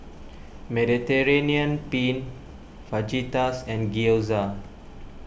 Mediterranean Penne Fajitas and Gyoza